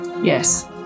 Yes